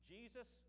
Jesus